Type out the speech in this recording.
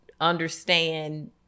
understand